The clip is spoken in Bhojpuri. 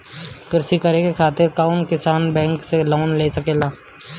कृषी करे खातिर कउन किसान बैंक से लोन ले सकेला?